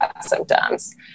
symptoms